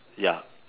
ya